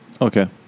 Okay